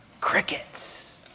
Crickets